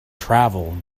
travel